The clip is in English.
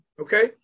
Okay